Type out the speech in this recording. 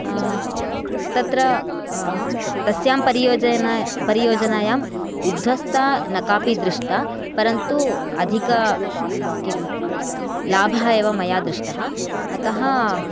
तत्र तस्यां परियोजन परियोजनायां उद्धस्ता न कापि दृष्टा परन्तु अधिक किं लाभः एव मया दृष्टः अतः